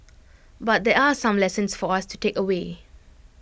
but there are some lessons for us to take away